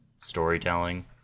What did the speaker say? storytelling